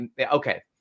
okay